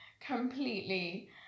completely